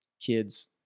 kids